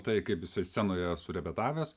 tai kaip jisai scenoje surepetavęs